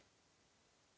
Hvala.